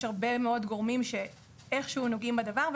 יש הרבה מאוד גורמים שנוגעים בדבר.